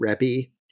Rebbe